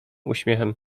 uśmiechem